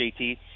JT